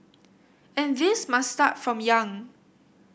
and this must start from young